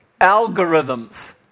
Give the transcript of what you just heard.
Algorithms